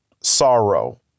sorrow